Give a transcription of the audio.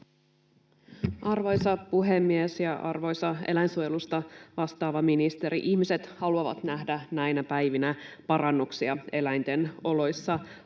Arvoisa puhemies! Arvoisa eläinsuojelusta vastaava ministeri! Ihmiset haluavat nähdä näinä päivinä parannuksia eläinten oloissa.